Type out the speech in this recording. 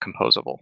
composable